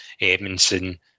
Edmondson